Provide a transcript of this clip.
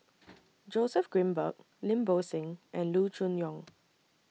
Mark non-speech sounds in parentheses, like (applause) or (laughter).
(noise) Joseph Grimberg Lim Bo Seng and Loo Choon Yong